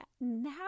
Now